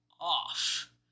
off